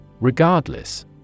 Regardless